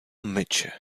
mycie